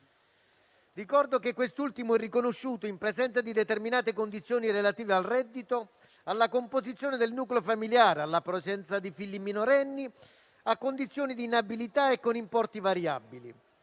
Ricordo che quest'ultimo è riconosciuto in presenza di determinate condizioni relative al reddito, alla composizione del nucleo familiare, alla presenza di figli minorenni, a condizioni di inabilità e con importi variabili,